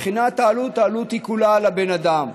מבחינת העלות, העלות היא כולה על הבן אדם.